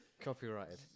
Copyrighted